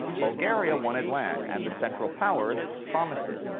bulgaria wanted land and the central powers promised it.